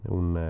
un